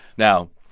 now,